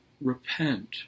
repent